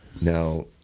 Now